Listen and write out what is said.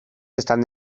están